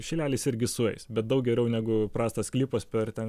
šilelis irgi sueis bet daug geriau negu prastas klipas per ten